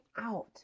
out